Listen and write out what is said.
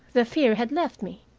the fear had left me.